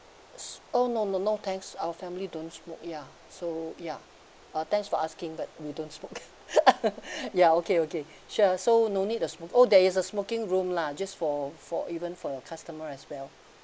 s~ oh no no no thanks our family don't smoke ya so ya uh thanks for asking that we don't smoke ya okay okay sure so no need the smoke oh there is a smoking room lah just for for even for your customer as well